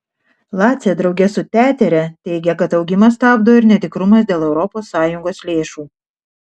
lace drauge su tetere teigė kad augimą stabdo ir netikrumas dėl europos sąjungos lėšų